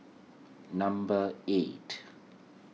number eight